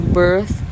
birth